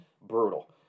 brutal